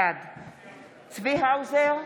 בעד צבי האוזר,